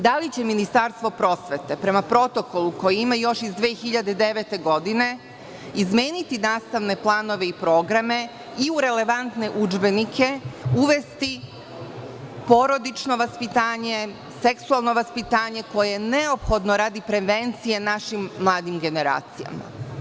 Da li će Ministarstvo prosvete prema protokolu koje ima još iz 2009. godine izmeniti nastavne planove i programe i u relevantne udžbenike uvesti porodično vaspitanje, seksualno vaspitanje koje je neophodno radi prevencije našim mladim generacijama.